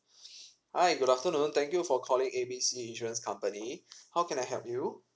hi good afternoon thank you for calling A B C insurance company how can I help you